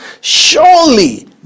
Surely